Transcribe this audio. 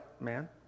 man